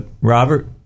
robert